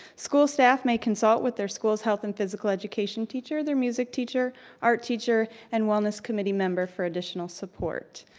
school staff may consult with their schools health and physical education teacher, their music teacher, art teacher, and wellness committee member for additional support.